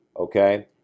okay